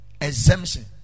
exemption